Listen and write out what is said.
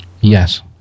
yes